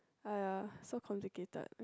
!aiya! so complicated